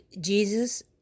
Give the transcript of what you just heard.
Jesus